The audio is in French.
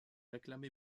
acclamé